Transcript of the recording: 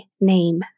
name